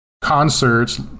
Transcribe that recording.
concerts